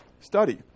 study